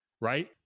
right